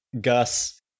Gus